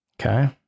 okay